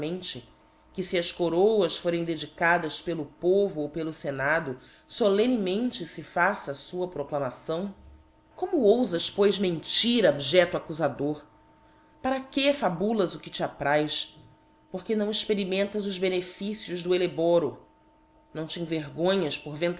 exprecfamente que je as coroas forem dedicadas pelo povo ou pelo fenado folemnemente fe faça a fua proclamação como ousas pois mentir abjeâo accufador para que fabulas o que te apraz porque não experimentas os benefícios do elleboro nâo te envergonhas por